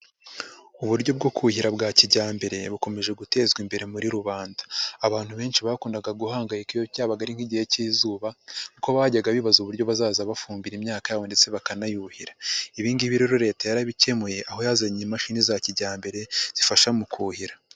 Uburyo bwo kuhira bwa kijyambere, bukomeje gutezwa imbere muri rubanda. Abantu benshi bakundaga guhangayika, iyo cyabaga ari nk'igihe cy'izuba kuko bajyaga bibaza uburyo bazaza bafumbira imyaka yabo ndetse bakanayuhira. Ibi ngibi rero Leta yarabikemuye, aho yazanye imashini za kijyambere, zifasha mu kuhira.